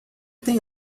tem